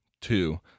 Two